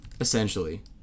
essentially